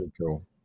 cool